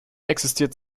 existiert